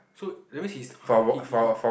so that means he's the !huh! he he he